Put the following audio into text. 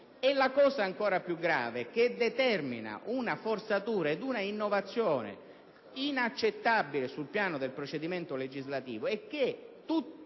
Il fatto ancor più grave che determina una forzatura ed una innovazione inaccettabile sul piano del procedimento legislativo è che tutto il